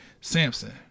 samson